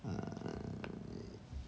uh